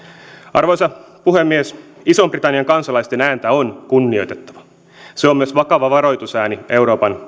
arvoisa puhemies ison britannian kansalaisten ääntä on kunnioitettava se on myös vakava varoitusääni euroopan